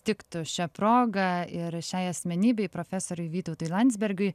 tiktų šia proga ir šiai asmenybei profesoriui vytautui landsbergiui